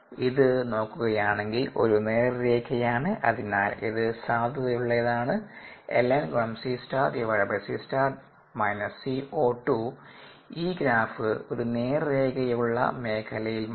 ഇത് നോക്കുകയാണെങ്കിൽ ഒരു നേർരേഖയാണ് അതിനാൽ ഇത് സാധുതയുള്ളതാണ് ഈ ഗ്രാഫ് ഒരു നേർരേഖയുള്ള മേഖലയിൽ മാത്രം